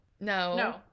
no